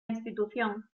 institución